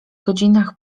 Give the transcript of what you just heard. godzinach